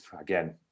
again